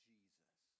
Jesus